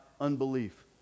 unbelief